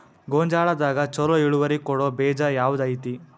ಗೊಂಜಾಳದಾಗ ಛಲೋ ಇಳುವರಿ ಕೊಡೊ ಬೇಜ ಯಾವ್ದ್ ಐತಿ?